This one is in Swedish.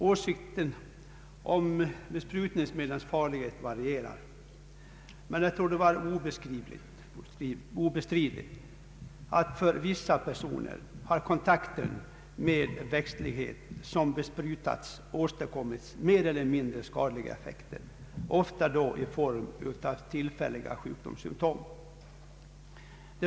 Åsikterna om besprutningsmedlens farlighet varierar, men det torde vara obestridligt att för vissa personer har kontakten med växtlighet som besprutats åstadkommit mer eller mindre skadliga effekter, ofta i form av tillfälliga sjukdomssymptom.